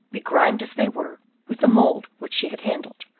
begrimed as they were with the mould which she had handled,